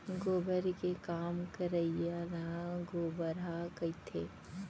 गोबर के काम करइया ल गोबरहा कथें